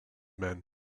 man